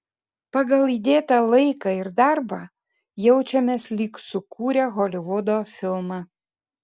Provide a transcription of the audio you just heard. pagal įdėtą laiką ir darbą jaučiamės lyg sukūrę holivudo filmą